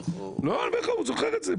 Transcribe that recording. הוא זוכר את זה.